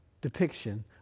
depiction